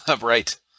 Right